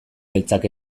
beltzak